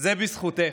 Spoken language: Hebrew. זה בזכותך.